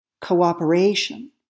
cooperation